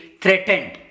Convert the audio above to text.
threatened